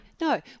no